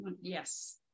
Yes